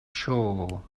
sure